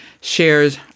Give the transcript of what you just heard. shares